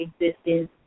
existence